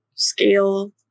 scale